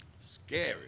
Scary